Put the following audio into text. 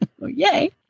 Yay